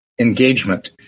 engagement